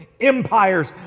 empires